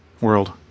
world